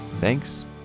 Thanks